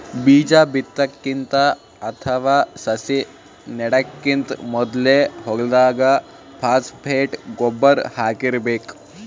ಬೀಜಾ ಬಿತ್ತಕ್ಕಿಂತ ಅಥವಾ ಸಸಿ ನೆಡಕ್ಕಿಂತ್ ಮೊದ್ಲೇ ಹೊಲ್ದಾಗ ಫಾಸ್ಫೇಟ್ ಗೊಬ್ಬರ್ ಹಾಕಿರ್ಬೇಕ್